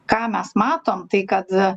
ką mes matom tai kad